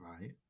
right